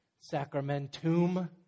sacramentum